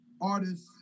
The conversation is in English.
artists